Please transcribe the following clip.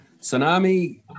Tsunami